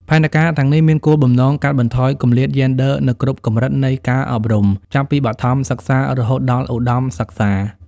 ផែនការទាំងនេះមានគោលបំណងកាត់បន្ថយគម្លាតយេនឌ័រនៅគ្រប់កម្រិតនៃការអប់រំ ចាប់ពីបឋមសិក្សារហូតដល់ឧត្តមសិក្សា។